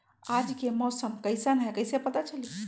आज के मौसम कईसन हैं कईसे पता चली?